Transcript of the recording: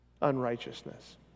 Unrighteousness